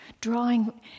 Drawing